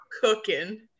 cooking